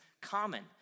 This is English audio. common